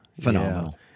Phenomenal